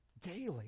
daily